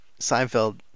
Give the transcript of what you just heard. Seinfeld